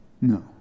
No